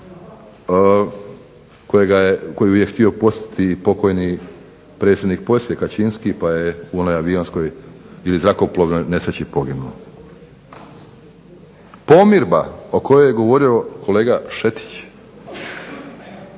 koju je htio posjetiti i pokojni predsjednik Poljske Kaćinski pa je u onoj avionskoj ili zrakoplovnoj nesreći poginuo. Pomirba o kojoj je govorio kolega Šetić